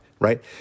right